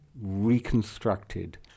reconstructed